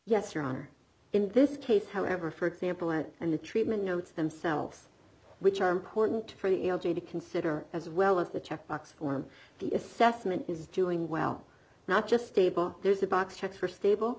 honor in this case however for example and and the treatment notes themselves which are important for you to consider as well as the checkbox form the assessment is doing well not just stable there's a box check for stable